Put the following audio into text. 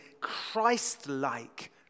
Christ-like